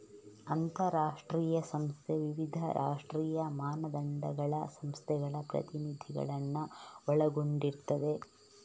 ಅಂತಾರಾಷ್ಟ್ರೀಯ ಸಂಸ್ಥೆ ವಿವಿಧ ರಾಷ್ಟ್ರೀಯ ಮಾನದಂಡಗಳ ಸಂಸ್ಥೆಗಳ ಪ್ರತಿನಿಧಿಗಳನ್ನ ಒಳಗೊಂಡಿರ್ತದೆ